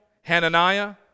Hananiah